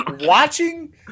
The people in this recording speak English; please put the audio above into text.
Watching